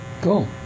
Cool